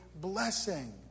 blessing